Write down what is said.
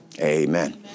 Amen